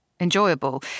Enjoyable